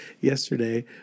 yesterday